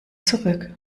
zurück